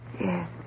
Yes